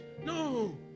No